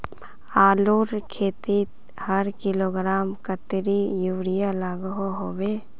आलूर खेतीत हर किलोग्राम कतेरी यूरिया लागोहो होबे?